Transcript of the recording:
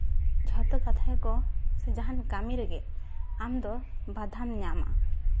ᱡᱷᱚᱛᱚ ᱠᱟᱛᱷᱟ ᱜᱮᱠᱚ ᱡᱟᱦᱟᱱ ᱠᱟᱹᱢᱤ ᱨᱮᱜᱮ ᱟᱢᱫᱚ ᱵᱟᱫᱷᱟᱢ ᱧᱟᱢᱟ